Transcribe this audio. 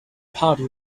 party